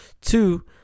Two